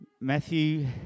Matthew